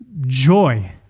Joy